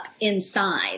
inside